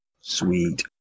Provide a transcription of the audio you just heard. Sweet